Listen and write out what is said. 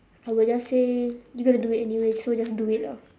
I would just say you're gonna do it anyway so just do it lah